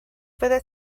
fyddet